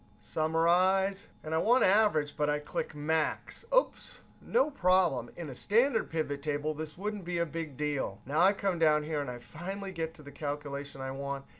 summarize, and i want average, but i click max. oops, no problem. in a standard pivot table, this wouldn't be a big deal. now i come down here and i finally get to the calculation i want,